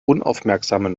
unaufmerksamen